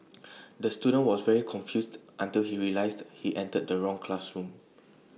the student was very confused until he realised he entered the wrong classroom